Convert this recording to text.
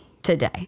today